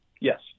Yes